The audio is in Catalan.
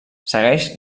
segueix